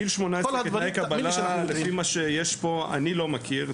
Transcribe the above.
גיל 18 כתנאי קבלה, לפי מה שיש פה, אני לא מכיר.